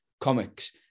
comics